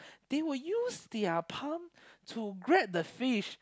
they will use their palm to grab the fish